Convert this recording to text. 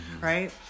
right